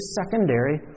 secondary